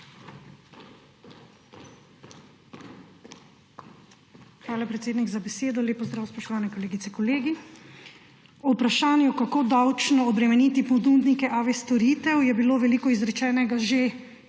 Hvala, predsednik, za besedo. Lep pozdrav, spoštovane kolegice, kolegi! O vprašanju, kako davčno obremeniti ponudnike AV storitev, je bilo veliko izrečenega že